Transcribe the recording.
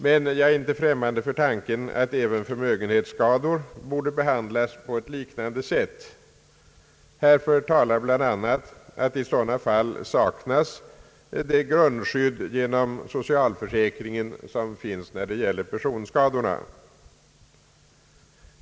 Jag är dock inte främmande för tanken att även förmögenhetsskador borde behandlas på liknande sätt. Härför talar bl.a. att i sådant fall saknas det grundskydd genom socialförsäkringen, som finns när det gäller personskadorna.